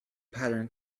pattern